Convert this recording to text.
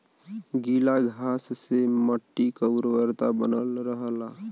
गीला घास से मट्टी क उर्वरता बनल रहला